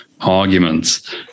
arguments